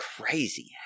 crazy